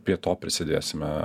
prie to prisidėsime